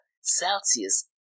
celsius